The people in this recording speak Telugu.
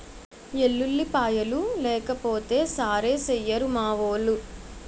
ఎల్లుల్లిపాయలు లేకపోతే సారేసెయ్యిరు మావోలు